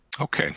Okay